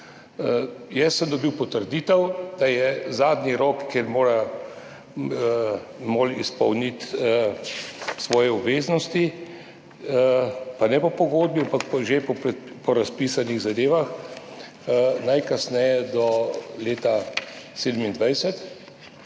Jaz sem dobil potrditev, da je zadnji rok, kjer mora MOL izpolniti svoje obveznosti, pa ne po pogodbi, ampak že po razpisanih zadevah, najkasneje do 15. 2.